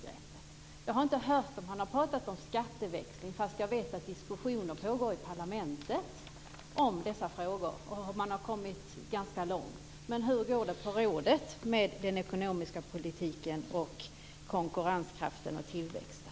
Jag har inte hört att man har pratat om skatteväxling. Jag vet att diskussioner om dessa frågor pågår i parlamentet, och man har kommit ganska långt. Hur går det i rådet med den ekonomiska politiken, konkurrenskraften och tillväxten?